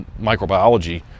microbiology